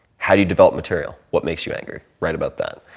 how do you develop material? what makes you angry? write about that.